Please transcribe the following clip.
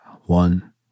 one